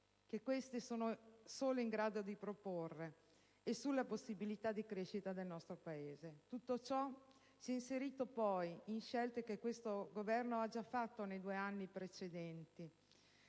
le nuove leve sono in grado di proporre e sulle possibilità di crescita del nostro Paese. Tutto ciò si è inserito poi nelle scelte che questo Governo ha già fatto nei due anni precedenti,